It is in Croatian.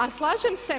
A slažem se,